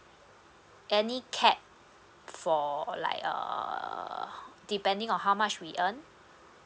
any cap for like err depending on how much we earn